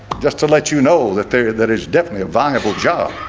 just to let you know that there that is definitely a viable job.